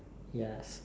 ya